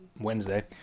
Wednesday